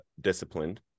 disciplined